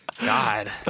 God